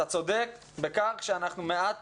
אתה צודק בכך שאנחנו מעט